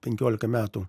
penkiolika metų